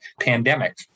pandemic